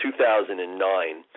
2009